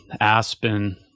Aspen